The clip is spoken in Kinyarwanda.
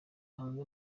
hanze